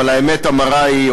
אבל האמת המרה היא,